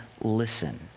listen